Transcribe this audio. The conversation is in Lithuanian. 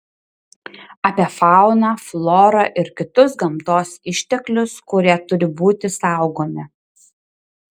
apie fauną florą ir kitus gamtos išteklius kurie turi būti saugomi